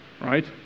right